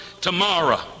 tomorrow